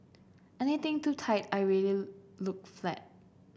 anything too tight I really look flat